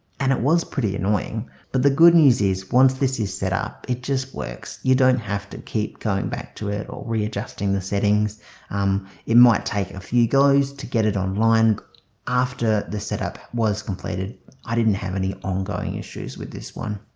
and it was pretty annoying but the good news is once this is set up it just works you don't have to keep going back to it or readjusting the settings um it might take a few guys to get it online after the setup was completed i didn't have any ongoing issues with this one.